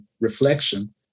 reflection